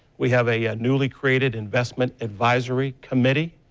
we have a newly created investment advisory committee.